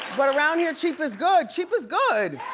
but around here, cheap is good, cheap is good!